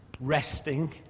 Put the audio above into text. Resting